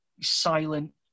silent